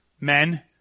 men